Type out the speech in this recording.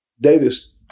davis